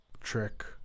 Trick